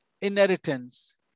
inheritance